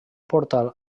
portal